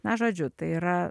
na žodžiu tai yra